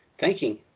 Thanking